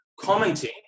commenting